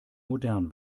modern